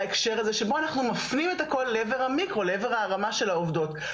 ההקשר הזה שבו אנחנו מפנים את הכל לעבר המיקרו לעבר ההרמה של העובדות.